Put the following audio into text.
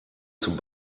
zum